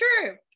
true